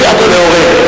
מוציאים אותו להורג.